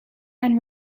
and